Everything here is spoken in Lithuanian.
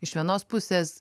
iš vienos pusės